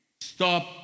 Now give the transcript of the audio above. stop